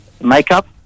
makeup